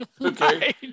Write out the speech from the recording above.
okay